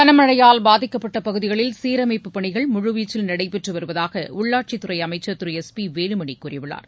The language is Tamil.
கனமழையால் பாதிக்கப்பட்ட பகுதிகளில் சீரமைப்புப் பணிகள் முழுவீச்சில் நடைபெற்றுவருவதாக உள்ளாட்சித் துறை அமைச்சர் திரு எஸ் பி வேலுமணி கூறியுள்ளார்